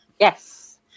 Yes